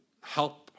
help